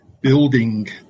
building